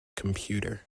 computer